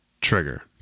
trigger